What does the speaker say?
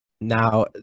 now